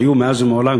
שהיו מאז ומעולם,